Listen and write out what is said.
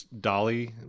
Dolly